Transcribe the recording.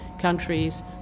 countries